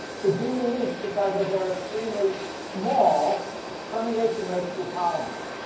could be released because of their extremely small permeation rates through polymers.